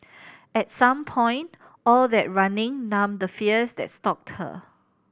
at some point all that running numbed the fears that stalked her